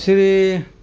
Shri